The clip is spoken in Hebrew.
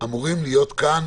אמורים להיות כאן